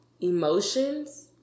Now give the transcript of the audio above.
emotions